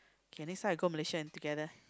okay next time I go Malaysia and together